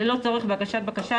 ללא צורך בהגשת בקשה,